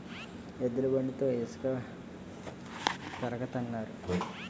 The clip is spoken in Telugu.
ఎద్దుల బండితో ఇసక పెరగతన్నారు